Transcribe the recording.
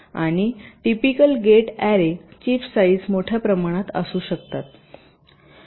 आणिटिपिकल gate array chip size मोठ्या प्रमाणात असू शकतात